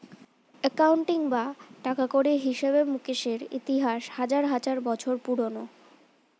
accounting বা টাকাকড়ির হিসেবে মুকেশের ইতিহাস হাজার হাজার বছর পুরোনো